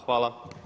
Hvala.